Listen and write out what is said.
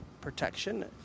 protection